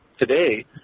today